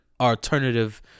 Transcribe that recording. alternative